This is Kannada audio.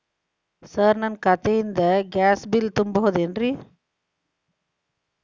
ಸರ್ ನನ್ನ ಖಾತೆಯಿಂದ ಗ್ಯಾಸ್ ಬಿಲ್ ತುಂಬಹುದೇನ್ರಿ?